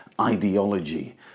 ideology